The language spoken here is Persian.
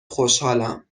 خوشحالم